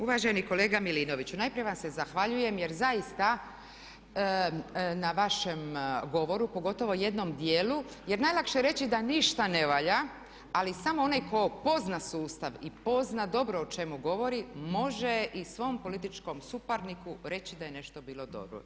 Uvaženi kolega Milinoviću najprije vam se zahvaljujem jer zaista na vašem govoru, pogotovo jednom dijelu jer najlakše je reći da ništa ne valja, ali samo onaj tko poznaje sustav i poznaje dobro o čemu govori može i svom političkom suparniku reći da je nešto bilo dobro.